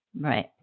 Right